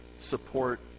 support